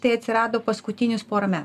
tai atsirado paskutinius porą metų